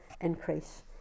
increase